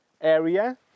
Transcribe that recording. area